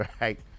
right